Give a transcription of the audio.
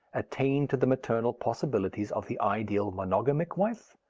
attain to the maternal possibilities of the ideal monogamic wife?